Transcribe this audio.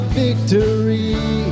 victory